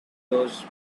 those